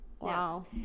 Wow